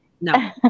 No